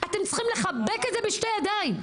אתם צריכים לחבק את זה בשתי ידיים.